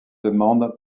demande